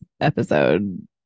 episode